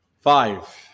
five